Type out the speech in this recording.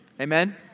Amen